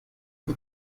der